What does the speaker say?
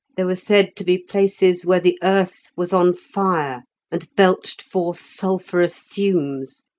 there were said to be places where the earth was on fire and belched forth sulphurous fumes,